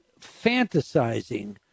fantasizing